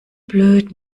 blöd